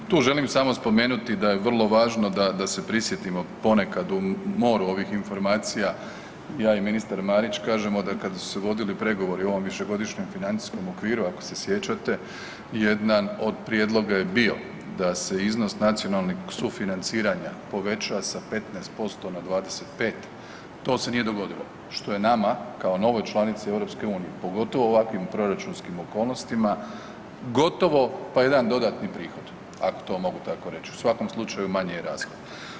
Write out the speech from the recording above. Tu želim samo spomenuti da je vrlo važno da se prisjetimo ponekad u moru ovih informacija, ja i ministar Marić kažemo da kada su se vodili pregovori u ovom višegodišnjem financijskom okviru ako se sjećate jedan od prijedlog je bio da se iznos nacionalnih sufinanciranja poveća sa 15% na 25, to se nije dogodilo što je nama kao novoj članici EU pogotovo u ovakvim proračunskim okolnostima gotovo pa jedan dodatni prihod, ako to mogu tako reći u svakom slučaju manji je rashod.